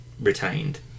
retained